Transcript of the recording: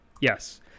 yes